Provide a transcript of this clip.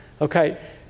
Okay